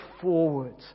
forward